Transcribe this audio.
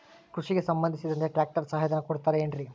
ಕೃಷಿಗೆ ಸಂಬಂಧಿಸಿದಂತೆ ಟ್ರ್ಯಾಕ್ಟರ್ ಸಹಾಯಧನ ಕೊಡುತ್ತಾರೆ ಏನ್ರಿ?